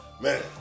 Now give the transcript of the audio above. Man